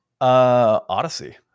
odyssey